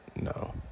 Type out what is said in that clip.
No